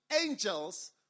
angels